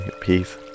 peace